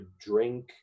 drink